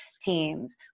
teams